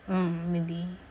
mm maybe